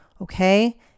okay